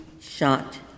shot